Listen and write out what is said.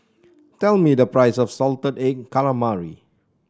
tell me the price of Salted Egg Calamari